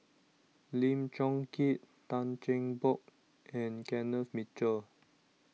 Lim Chong Keat Tan Cheng Bock and Kenneth Mitchell